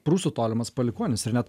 prūsų tolimas palikuonis ir net